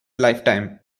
lifetime